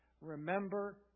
Remember